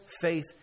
faith